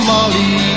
Molly